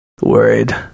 worried